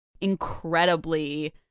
incredibly